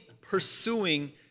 pursuing